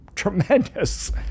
tremendous